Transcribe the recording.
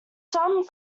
some